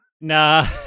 Nah